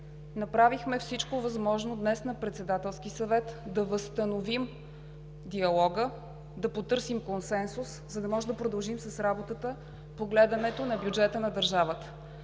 Направихме всичко възможно днес на Председателския съвет да възстановим диалога, да потърсим консенсус, за да можем да продължим с работата по гледането на бюджета на държавата.